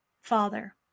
Father